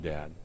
Dad